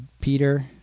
Peter